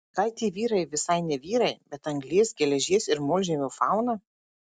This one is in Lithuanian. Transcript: gal tie vyrai visai ne vyrai bet anglies geležies ir molžemio fauna